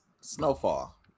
Snowfall